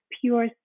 pure